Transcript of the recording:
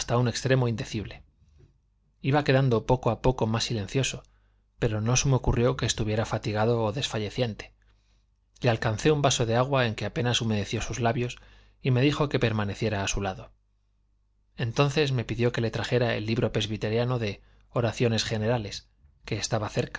hasta un extremo indecible iba quedando poco a poco más silencioso pero no se me ocurrió que estuviera fatigado o desfalleciente le alcancé un vaso de agua en que apenas humedeció sus labios y me dijo que permaneciera a su lado entonces me pidió que le trajera el libro presbiteriano de oraciones generales que estaba cerca